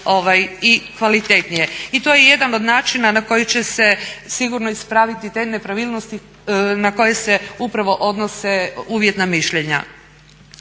i kvalitetnije. I to je jedan od načina na koji će se sigurno ispraviti te nepravilnosti na koje se upravo odnose uvjetna mišljenja.